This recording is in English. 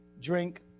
drink